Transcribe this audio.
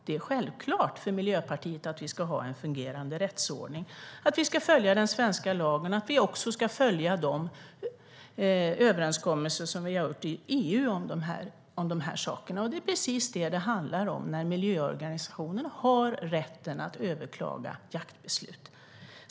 Det är självklart för Miljöpartiet att vi ska ha en fungerande rättsordning. Vi ska följa den svenska lagen, och vi ska också följa de överenskommelser som vi har gjort i EU om de här sakerna. Det är precis detta det handlar om när miljöorganisationer har rätt att överklaga jaktbeslut.